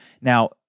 Now